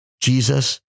Jesus